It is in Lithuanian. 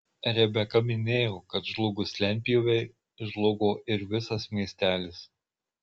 rebeka minėjo kad žlugus lentpjūvei žlugo ir visas miestelis